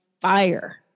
fire